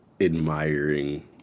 admiring